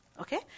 Okay